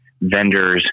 vendors